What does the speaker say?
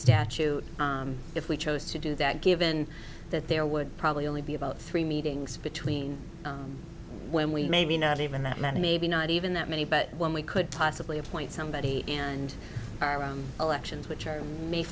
statute if we chose to do that given that there would probably only be about three meetings between when we maybe not even that many maybe not even that many but when we could possibly appoint somebody and our own elections which are